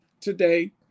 today